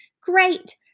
Great